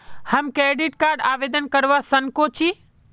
हम credit card आवेदन करवा संकोची?